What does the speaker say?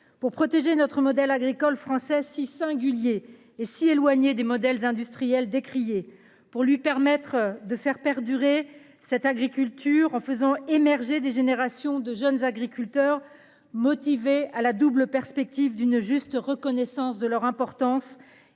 pour protéger notre modèle agricole français si singulier et si éloignée des modèles industriels décrié pour lui permettre de faire perdurer cette agriculture en faisant émerger des générations de jeunes agriculteurs motivé à la double perspective d'une juste reconnaissance de leur importance